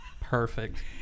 Perfect